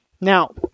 Now